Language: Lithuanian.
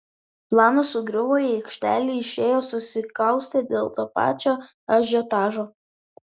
planas sugriuvo į aikštelę išėjo susikaustę dėl to pačio ažiotažo